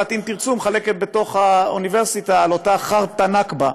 אם תרצו מחלקת באוניברסיטה על אותה חרטא נכבה,